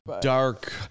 dark